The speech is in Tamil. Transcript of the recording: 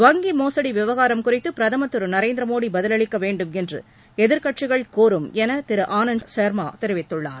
வங்கி மோசுடி விவகாரம் குறித்து பிரதம் திரு நரேந்திர மோடி பதிலளிக்க வேண்டும் என்று எதிர்க்கட்சிகள் கோரும் என திரு ஆனந்த் சா்மா தெரிவித்துள்ளார்